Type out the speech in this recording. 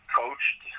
coached